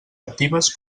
actives